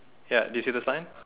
ya do you see the sign